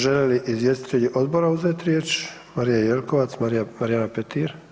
Žele li izvjestitelji odbora uzeti riječ, Marija Jelkovac, Marija, Marijana Petir?